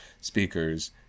speakers